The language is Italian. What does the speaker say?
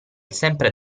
sempre